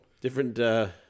different